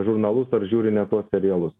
žurnalus ar žiuri ne tuos serialus